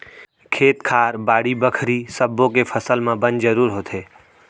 खेत खार, बाड़ी बखरी सब्बो के फसल म बन जरूर होथे